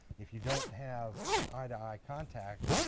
if you don't have eye-to-eye contact,